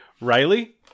Riley